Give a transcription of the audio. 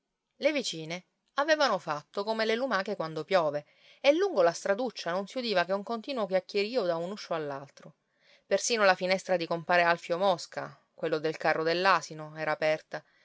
le vicine avevano fatto come le lumache quando piove e lungo la straduccia non si udiva che un continuo chiacchierio da un uscio all'altro persino la finestra di compare alfio mosca quello del carro dell'asino era aperta